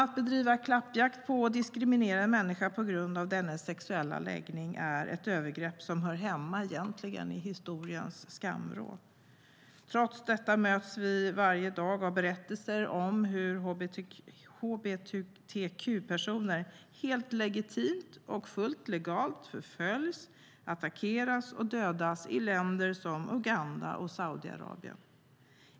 Att bedriva klappjakt på och diskriminera en människa på grund av dennes sexuella läggning är ett övergrepp som egentligen hör hemma i historiens skamvrå. Trots detta möts vi varje dag av berättelser om hur hbtq-personer, helt legitimt och fullt legalt, förföljs, attackeras och dödas i länder som Uganda och Saudiarabien.